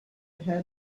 head